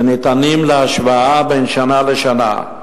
וניתנים להשוואה בין שנה לשנה.